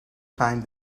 time